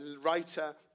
writer